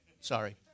Sorry